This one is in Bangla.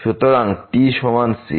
সুতরাং t সমান c